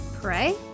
Pray